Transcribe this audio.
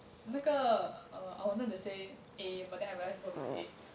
那个 err I wanted to say eh but then I realise verb is A